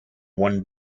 one